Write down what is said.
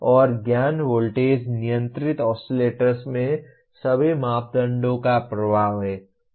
और ज्ञान वोल्टेज नियंत्रित ऑसिलेटर में सभी मापदंडों का प्रभाव है